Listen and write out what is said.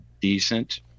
decent